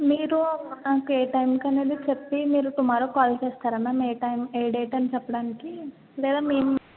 మీరూ ఏ టైమ్కి అనేది చెప్పి మీరు టుమారో కాల్ చేస్తారా మ్యామ్ ఏ టైమ్ ఏ డేట్ అని చెప్పడానికి లేదా మీ